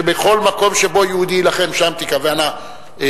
שבכל מקום שבו יהודי יילחם שם ייקבעו גבולות